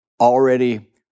already